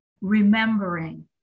remembering